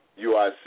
UIC